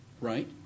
right